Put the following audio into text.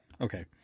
Okay